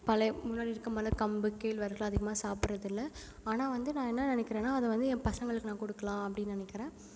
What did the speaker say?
பழை முன்னாடி இருக்க மாதிரிலாம் கம்பு கேழ்வரகுலாம் அதிகமாக சாப்புடுறது இல்லை ஆனால் வந்து நான் என்ன நினைக்கிறேன்னா அதை வந்து என் பசங்களுக்கு நான் கொடுக்கலாம் அப்படின்னு நினைக்கிறேன்